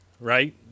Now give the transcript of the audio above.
right